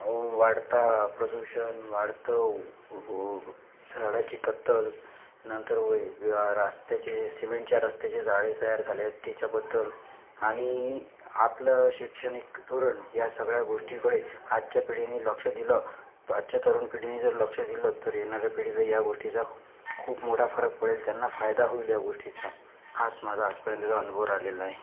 वाढता प्रदूषण वाढतं व व झाडाची कत्तल नंतर वय रस्त्याचे सिमेंटच्या रस्त्याचे जाळे तयार झाले आहेत त्याच्याबद्दल आणि आपलं शैक्षणिक धोरण या सगळ्या गोष्टींकडे आजच्या पिढीने लक्ष दिलं आजच्या तरुण पिढीने जर लक्ष दिलं तर येणाऱ्या पिढीला या गोष्टीचा खूप मोठा फरक पडेल त्यांना फायदा होईल या गोष्टीचा हाच माझा आजपर्यंतचा अनुभव राहिलेला आहे